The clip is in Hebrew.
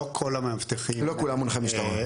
לא כל המאבטחים הם מונחי משטרה.